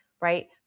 right